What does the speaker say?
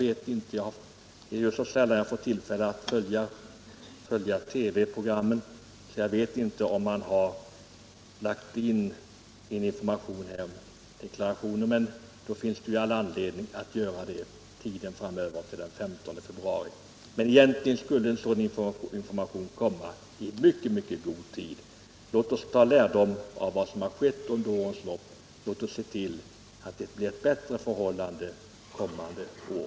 Det är så sällan jag får tillfälle att följa TV-programmen, och jag vet därför inte om TV har givit någon information om deklarationen i år. Men det finns all anledning för den att ge sådan information före den 15 februari. Egentligen skulle 67 sådan information ges i mycket god tid. Låt oss dra lärdom av vad som har skett under årens lopp och se till att förhållandena blir bättre under kommande år.